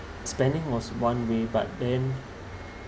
spending was one way but then